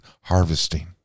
harvesting